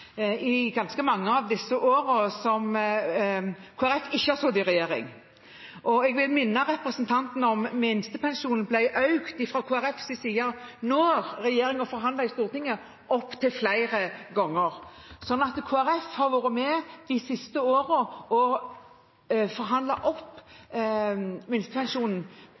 i ganske mange av de årene som Kristelig Folkeparti ikke har sittet i regjering. Jeg vil minne representanten om at minstepensjonen opptil flere ganger ble økt fra Kristelig Folkepartis side når regjeringen forhandlet i Stortinget. Så Kristelig Folkeparti har vært med og forhandlet opp minstepensjonen med mange tusen i løpet av de siste